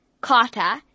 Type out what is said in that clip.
Carter